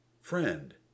Friend